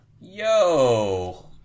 yo